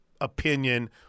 opinion